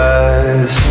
eyes